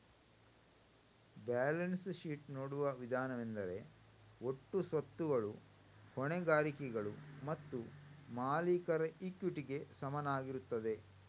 balance sheet ನೋಡುವ ವಿಧಾನವೆಂದರೆ ಒಟ್ಟು ಸ್ವತ್ತುಗಳು ಹೊಣೆಗಾರಿಕೆಗಳು ಮತ್ತು ಮಾಲೀಕರ ಇಕ್ವಿಟಿಗೆ ಸಮನಾಗಿರುತ್ತದೆ